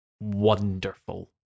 wonderful